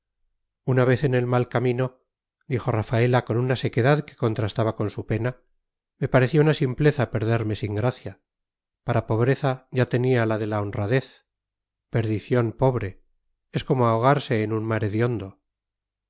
una vez en el mal camino dijo rafaela con una sequedad que contrastaba con su pena me parecía una simpleza perderme sin gracia para pobreza ya tenía la de la honradez perdición pobre es como ahogarse en